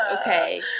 okay